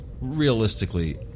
realistically